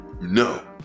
No